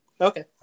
Okay